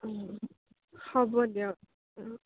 হ'ব দিয়ক